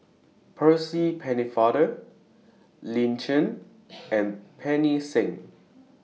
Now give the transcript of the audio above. Percy Pennefather Lin Chen and Pancy Seng